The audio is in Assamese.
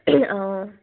অঁ